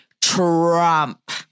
Trump